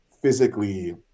physically